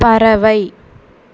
பறவை